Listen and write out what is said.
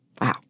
Wow